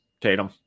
Tatum